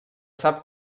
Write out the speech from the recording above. sap